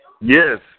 Yes